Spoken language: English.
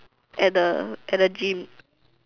at the at the gym